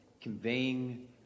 conveying